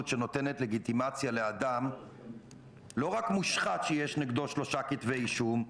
שנותנת לגיטימציה לאדם לא רק מושחת שיש לו שלושה כתבי אישום,